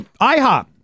IHOP